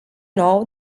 nou